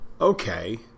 okay